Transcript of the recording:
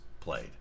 played